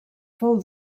fou